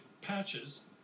patches